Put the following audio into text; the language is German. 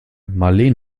marleen